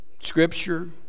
Scripture